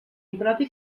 impropi